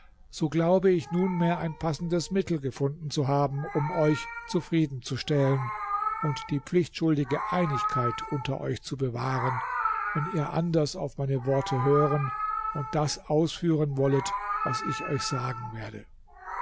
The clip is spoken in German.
so glaube ich nunmehr ein passendes mittel gefunden zu haben um euch zufrieden zu stellen und die pflichtschuldige einigkeit unter euch zu bewahren wenn ihr anders auf meine worte hören und das ausführen wollet was ich euch sagen werde